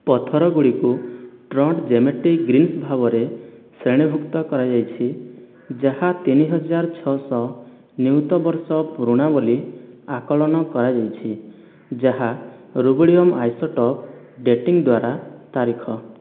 ପଥର ଗୁଡ଼ିକୁ trondhjemitic gneiss ଭାବରେ ଶ୍ରେଣୀଭୁକ୍ତ କରାଯାଇଛି ଯାହା ତିନି ହଜାର ଛଅଶହ ନିୟୁତ ବର୍ଷ ପୁରୁଣା ବୋଲି ଆକଳନ କରାଯାଇଛି ଯାହା ରୁବିଡ଼ିୟମ୍ ଆଇସୋଟୋପ୍ ଡେଟିଂ ଦ୍ୱାରା ତାରିଖ